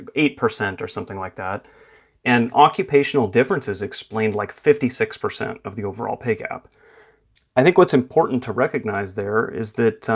eight percent or something like that and occupational differences explained, like, fifty six percent of the overall pay gap i think what's important to recognize there is that